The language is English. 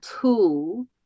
tool